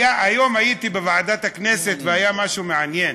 היום הייתי בוועדת הכנסת והיה משהו מעניין: